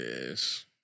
Yes